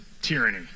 tyranny